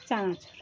চানাচুর